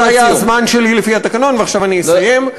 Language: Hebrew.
זה היה הזמן שלי לפי התקנון, ועכשיו אני אסיים.